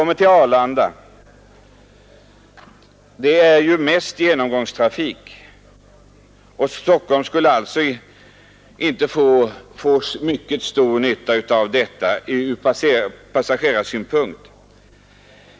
Till Arlanda kommer ju mest genomgångstrafik, och Stockholm skulle alltså inte få stor nytta av detta som man gör gällande.